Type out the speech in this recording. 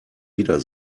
wieder